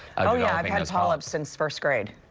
i've so yeah had had polyps since first grade.